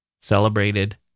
celebrated